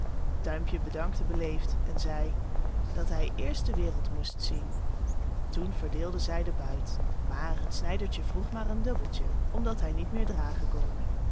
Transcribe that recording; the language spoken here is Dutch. duimpje bedankte beleefd en zei dat hij eerst de wereld moest zien toen verdeelden zij den buit maar het snijdertje vroeg maar een dubbeltje omdat hij niet meer dragen kon